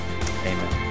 amen